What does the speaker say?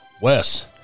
Wes